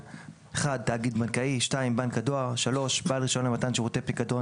תאגיד בנקאי; בנק הדואר; בעל רישיון למתן שירותי פיקדון